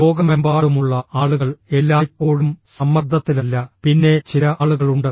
ലോകമെമ്പാടുമുള്ള ആളുകൾ എല്ലായ്പ്പോഴും സമ്മർദ്ദത്തിലല്ല പിന്നെ ചില ആളുകളുണ്ട്